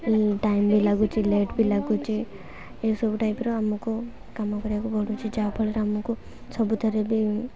time ବି ଲାଗୁଛି late ବି ଲାଗୁଛି ଏସବୁ ଟାଇପ୍ ଆମକୁ କାମ କରିବାକୁ ପଡ଼ୁଛି ଯାହାଫଳରେ ଆମକୁ ସବୁଥିରେ ବି